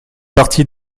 partie